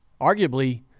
arguably